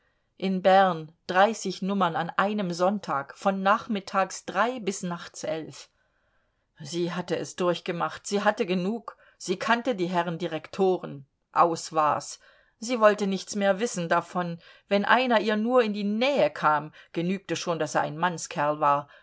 in bern dreißig nummern an einem sonntag von nachmittags drei bis nachts elf sie hatte es durchgemacht sie hatte genug sie kannte die herren direktoren aus war's sie wollte nichts mehr wissen davon wenn einer ihr nur in die nähe kam genügte schon daß er ein mannskerl war